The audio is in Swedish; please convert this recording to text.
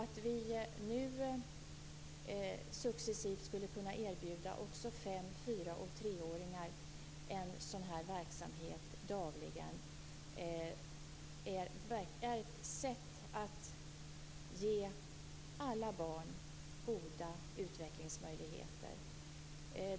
Att vi nu successivt skulle kunna erbjuda också fem-, fyra och treåringar en sådan här verksamhet dagligen vore ett sätt att ge alla barn goda utvecklingsmöjligheter.